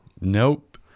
Nope